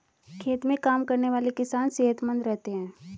खेत में काम करने वाले किसान सेहतमंद रहते हैं